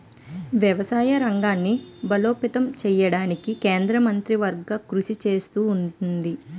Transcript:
వ్యవసాయ రంగాన్ని బలోపేతం చేయడానికి కేంద్ర మంత్రివర్గం కృషి చేస్తా ఉంటది